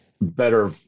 better